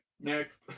next